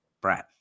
Brad